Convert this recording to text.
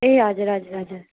ए हजुर हजुर हजुर